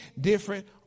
different